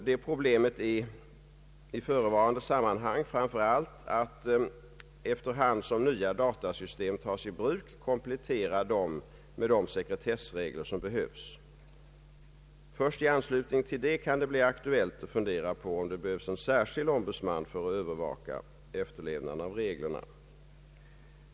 Det skulle i förevarande sammanhang framför allt gälla att, efter hand som nya datasystem tas i bruk, komplettera dem med de sekretessregler som behövs. Först i anslutning till detta kan det bli aktuellt att fundera på om det behövs någon särskild ombudsman för att övervaka efterlevnaden av reglerna.